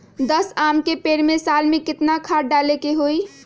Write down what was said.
दस आम के पेड़ में साल में केतना खाद्य डाले के होई?